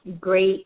great